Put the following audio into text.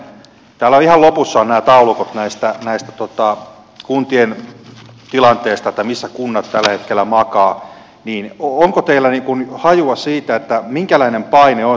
kun täällä on ihan lopussa nämä taulukot näistä kuntien tilanteista missä kunnat tällä hetkellä makaavat niin onko teillä hajua siitä minkälainen paine tässä sitten on